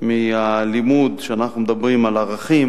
מהלימוד שאנחנו מדברים בו על ערכים,